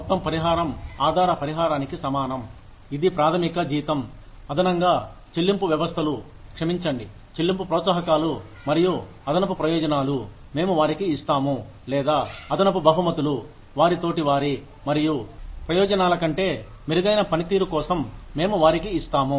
మొత్తం పరిహారం ఆధార పరిహారానికి సమానం ఇదిప్రాథమిక జీతం అదనంగా చెల్లింపు వ్యవస్థలు క్షమించండి చెల్లింపు ప్రోత్సాహకాలు మరియు అదనపు ప్రయోజనాలు మేము వారికి ఇస్తాము లేదా అదనపు బహుమతులు వారి తోటివారి మరియు ప్రయోజనాల కంటే మెరుగైన పనితీరు కోసం మేము వారికి ఇస్తాము